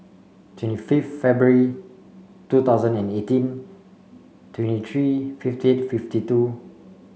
twenty fifth February two thousand and eighteen twenty three fifty eight fifty two